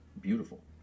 beautiful